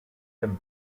him